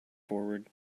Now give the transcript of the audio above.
forward